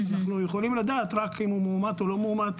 אנחנו יכולים לדעת רק אם הוא כן מאומת או לא מאומת,